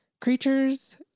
creatures